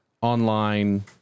online